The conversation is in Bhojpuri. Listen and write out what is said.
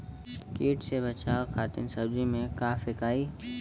कीट से बचावे खातिन सब्जी में का फेकाई?